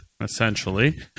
essentially